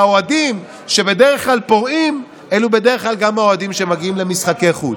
האוהדים שפורעים בדרך כלל אלה גם האוהדים שמגיעים למשחקי חוץ.